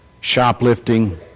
Shoplifting